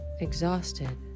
exhausted